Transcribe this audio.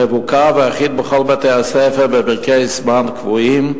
מבוקר ואחיד בכל בתי-הספר בפרקי זמן קבועים.